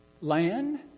land